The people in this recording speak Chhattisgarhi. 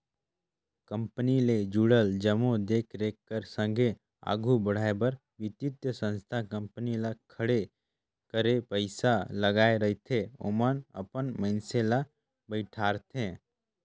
कंपनी ले जुड़ल जम्मो देख रेख कर संघे आघु बढ़ाए बर बित्तीय संस्था कंपनी ल खड़े करे पइसा लगाए रहिथे ओमन अपन मइनसे ल बइठारथे